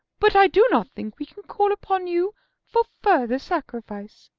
but i do not think we can call upon you for further sacrifice.